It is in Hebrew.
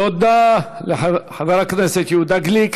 תודה לחבר הכנסת יהודה גליק.